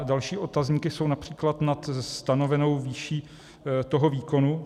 Další otazníky jsou například nad stanovenou výší toho výkonu.